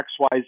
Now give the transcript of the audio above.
XYZ